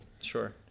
Sure